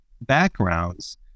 backgrounds